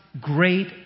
great